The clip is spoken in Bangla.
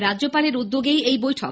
রাজ্যপালের উদ্যোগেই এই বৈঠক